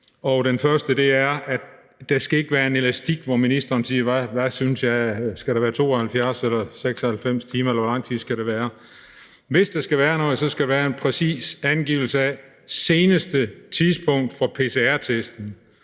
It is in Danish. og det første handler om, at der ikke skal være en elastik, hvor ministeren siger: Hvad synes jeg – skal det være 72 eller 96 timer, eller hvor lang tid skal det være? Hvis der skal være noget, skal der være en præcis angivelse af det seneste tidspunkt for pcr-testen.